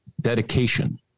dedication